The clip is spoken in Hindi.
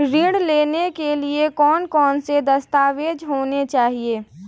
ऋण लेने के लिए कौन कौन से दस्तावेज होने चाहिए?